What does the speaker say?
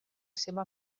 seva